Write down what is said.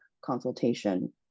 consultation